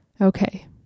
Okay